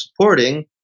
supporting